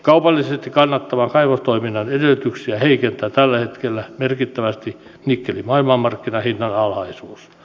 kaupallisesti kannattavan kaivostoiminnan edellytyksiä heikentää tällä hetkellä merkittävästi nikkelin maailmanmarkkinahinnan alhaisuus